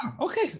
Okay